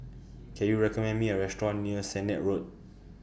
Can YOU recommend Me A Restaurant near Sennett Road